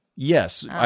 Yes